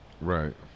Right